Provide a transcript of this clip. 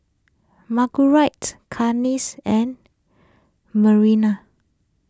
Margurite Cassie and Mariann